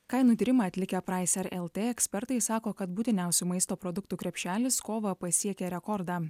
kainų tyrimą atlikę pricer lt ekspertai sako kad būtiniausių maisto produktų krepšelis kovą pasiekė rekordą